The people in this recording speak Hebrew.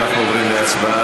אנחנו עוברים להצבעה.